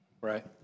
Right